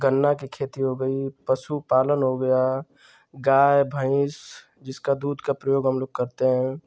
गन्ना कि खेती हो गई पशुपालन हो गया गाय भैंस जिसका दूध का प्रयोग हम लोग करते हैं